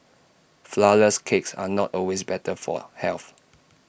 Flourless Cakes are not always better for health